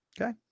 Okay